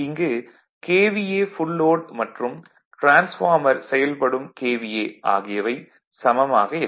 இங்கு KVA full load மற்றும் transformer செயல்படும் KVA ஆகியவை சமமாக இருக்கும்